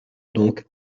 donc